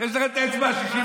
יש לכם את האצבע ה-61.